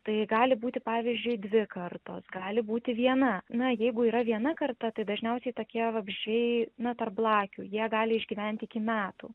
tai gali būti pavyzdžiui dvi kartos gali būti viena na jeigu yra viena karta tai dažniausiai tokie vabzdžiai na tarp blakių jie gali išgyventi iki metų